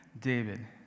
David